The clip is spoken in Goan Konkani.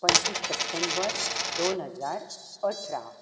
पंचवीस सप्टेंबर दोन हजार अठरा